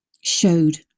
showed